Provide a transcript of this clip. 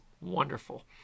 wonderful